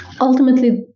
ultimately